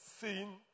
seen